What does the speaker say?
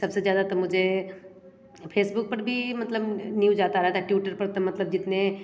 सबसे ज़्यादा तो मुझे फेसबुक पर भी मतलब न्यूज़ आता रहता है ट्विटर पर तो मतलब जितने